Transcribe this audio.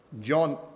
John